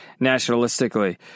nationalistically